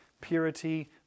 purity